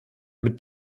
mit